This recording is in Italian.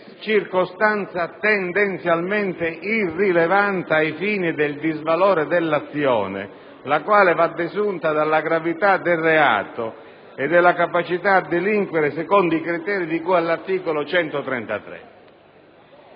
circostanza tendenzialmente irrilevante ai fini del disvalore dell'azione, che va desunta dalla gravità del reato e dalla capacità a delinquere, secondo i criteri di cui all'articolo 133.